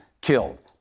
killed